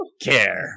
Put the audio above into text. care